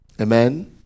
Amen